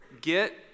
get